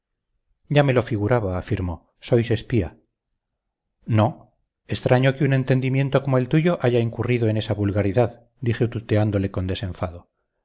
ya me lo figuraba afirmó sois espía no extraño que un entendimiento como el tuyo haya incurrido en esa vulgaridad dije tuteándole con desenfado